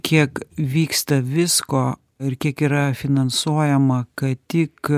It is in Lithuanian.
kiek vyksta visko ir kiek yra finansuojama kad tik